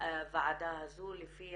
לוועדה הזו לפי